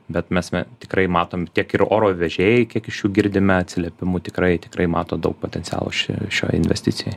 bet mes me tikrai matom tiek ir oro vežėjai kiek iš jų girdime atsiliepimų tikrai tikrai mato daug potencialo ši šioj investicijoj